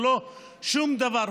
ללא שום דבר.